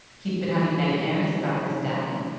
he'd been having nightmares about this death.